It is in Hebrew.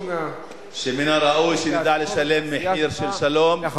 שמן הראוי שנדע לשלם מחיר של שלום,